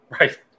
Right